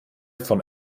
von